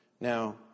Now